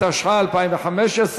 התשע"ה 2015,